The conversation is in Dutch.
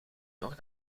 nog